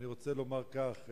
אני רוצה לומר כך,